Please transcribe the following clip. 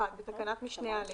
בתקנת משנה (א)